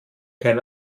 kein